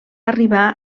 arribar